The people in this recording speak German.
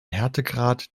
härtegrad